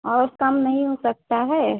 और कम नहीं हो सकता है